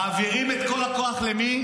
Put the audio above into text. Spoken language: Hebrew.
מעבירים את כל הכוח למי?